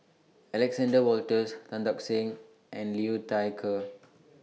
Alexander Wolters Tan Tock Seng and Liu Thai Ker